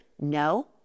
No